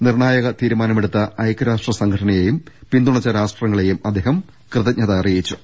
നിർണായക തീരുമാ നമെടുത്ത ഐക്യരാഷ്ട്ര സംഘടനയെയും പിന്തുണച്ച രാഷ്ട്രങ്ങളെയും അദ്ദേഹം കൃതജ്ഞത അറിയിച്ചു